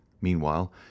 Meanwhile